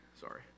sorry